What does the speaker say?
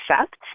accept